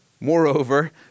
Moreover